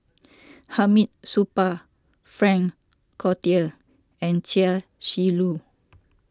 Hamid Supaat Frank Cloutier and Chia Shi Lu